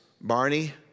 Barney